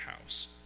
house